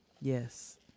yes